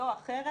לא אחרת.